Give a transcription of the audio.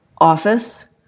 office